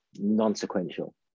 non-sequential